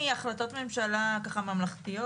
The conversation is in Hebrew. גם חוץ מהחלטות ממשלה ממלכתיות,